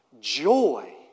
joy